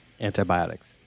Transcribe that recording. antibiotics